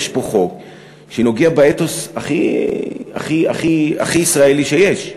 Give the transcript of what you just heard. יש פה חוק שנוגע באתוס הכי ישראלי שיש.